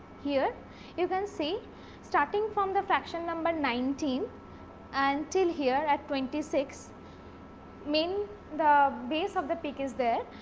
here you can see starting from the fraction number nineteen and till here at twenty six main the base of the peak is there.